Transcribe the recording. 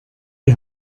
die